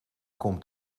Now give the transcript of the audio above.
komt